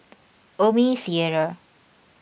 Omni theatre